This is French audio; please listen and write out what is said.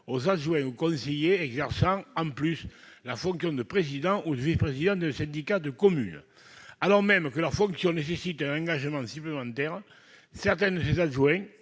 aux adjoints et conseillers exerçant la fonction de président ou de vice-président des syndicats de communes. Alors même que leurs fonctions nécessitent un engagement supplémentaire, certains de ces adjoints